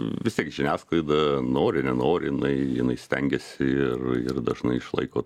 vis tiek žiniasklaida nori nenori jinai jinai stengiasi ir ir dažnai išlaiko